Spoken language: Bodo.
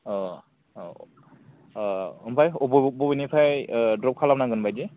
अ औ अ' ओमफ्राय बबेनिफ्राय द्रप खालामनांगोन बायदि